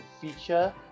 feature